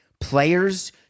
players